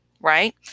right